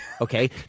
Okay